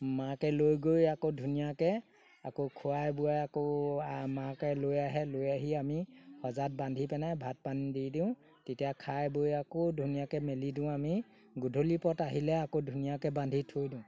মাকে লৈ গৈ আকৌ ধুনীয়াকৈ আকৌ খুৱাই বোৱাই আকৌ মাকে লৈ আহে লৈ আহি আমি সজাত বান্ধি পেনাই ভাত পানী দি দিওঁ তেতিয়া খাই বৈ আকৌ ধুনীয়াকৈ মেলি দিওঁ আমি গধূলি পৰত আহিলে আকৌ ধুনীয়াকৈ বান্ধি থৈ দিওঁ